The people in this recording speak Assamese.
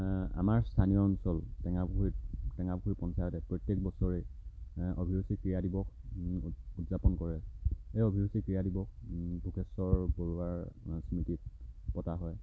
আমাৰ স্থানীয় অঞ্চল টেঙাপুখুৰীত টেঙাপুখুৰী পঞ্চায়তে প্ৰত্যেক বছৰেই অভিৰুচি ক্ৰীড়া দিৱস উদযাপন কৰে সেই অভিৰুচি ক্ৰীড়া দিৱস ভোগেশ্বৰ বৰুৱাৰ স্মৃতিত পতা হয়